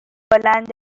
بلند